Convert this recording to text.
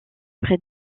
près